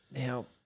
Now